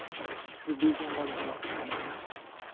ᱵᱤᱨ ᱡᱚᱝᱜᱚᱞ ᱨᱮᱫᱚ ᱵᱟᱠᱚ ᱛᱟᱦᱮᱱ ᱠᱟᱱᱟ